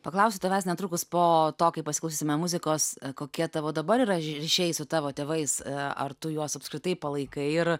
paklausiu tavęs netrukus po to kai pasiklausysime muzikos kokie tavo dabar yra ryšiai su tavo tėvais ar tu juos apskritai palaikai ir